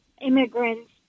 immigrants